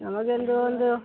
ನಮಗೊಂದು ಒಂದು